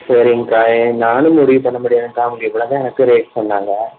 சரிங்கக்கா எ நானும் முடிவு பண்ண முடியாதுங்கக்கா அவங்க இவ்ளோ தான் எனக்கு ரேட் சொன்னாங்க